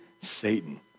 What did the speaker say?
Satan